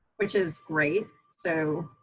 which is great. so